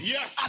Yes